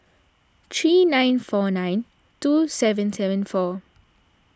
three nine four nine two seven seven four